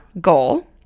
goal